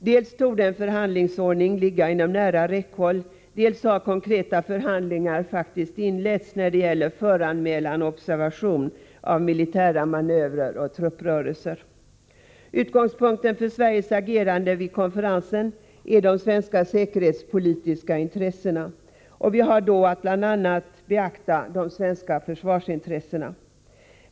Dels torde en förhandlingsordning ligga inom nära räckhåll, dels har konkreta förhandlingar faktiskt inletts när det gäller föranmälan och observation av militära manövrer och trupprörelser. Utgångspunkten för Sveriges agerande vid konferensen är de svenska säkerhetspolitiska intressena. Vi har då att bl.a. beakta de svenska försvarsintressena.